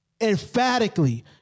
emphatically